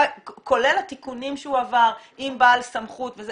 כולל התיקונים שהוא עבר, עם בעל סמכות וכולי.